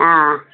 ஆ ஆ